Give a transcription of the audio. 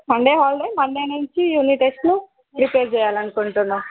Sunday holiday Monday నుంచి unit టెస్ట్లు prepare చెయ్యాలి అనుకుంటున్నాం